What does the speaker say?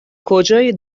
کجای